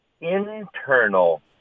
internal